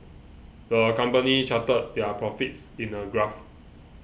the company charted their profits in a graph